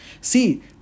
See